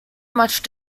much